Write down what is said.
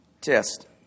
Test